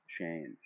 change